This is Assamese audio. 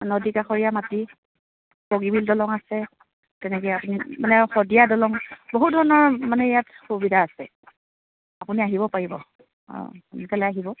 নদী কাষৰীয়া মাটি বগীবিল দলং আছে তেনেকৈ মানে শদিয়া দলং বহু ধৰণৰ মানে ইয়াত সুবিধা আছে আপুনি আহিব পাৰিব অঁ সোনকালে আহিব